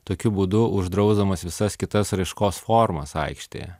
tokiu būdu uždrausdamas visas kitas raiškos formas aikštėje